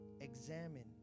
Examine